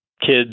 kids